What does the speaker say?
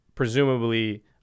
presumably